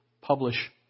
publish